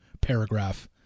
paragraph